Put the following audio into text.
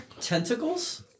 Tentacles